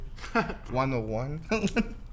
101